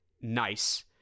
nice